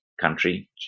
country